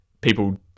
people